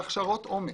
הכשרות עומק.